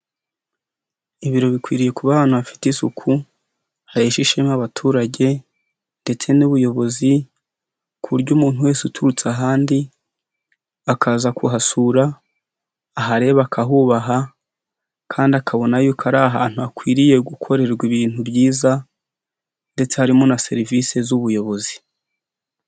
Ibiro bikwiriye kuba ahantu hafite isuku, hahesha ishema abaturage ndetse n'ubuyobozi, ku buryo umuntu wese uturutse ahandi, akaza kuhasura, ahareba akahubaha kandi akabona y'uko ari ahantu hakwiriye gukorerwa ibintu byiza ndetse harimo na serivisi z'ubuyobozi.